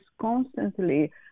constantly